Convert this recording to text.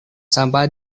sampah